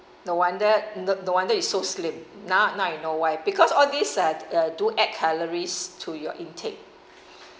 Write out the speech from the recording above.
no wonder no wonder you so slim now now I know why because all these uh uh do add calories to your intake